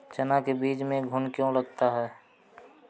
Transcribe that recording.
चना के बीज में घुन क्यो लगता है?